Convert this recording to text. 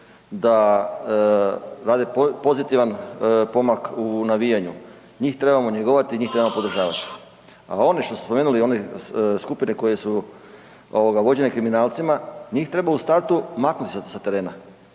da rade pozitivan pomak u navijanju, njih trebamo njegovati, njih trebamo podržavati a oni što ste spomenuli, one skupine koje su vođene kriminalcima, njih treba u startu maknuti sa terena.